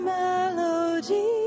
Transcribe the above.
melody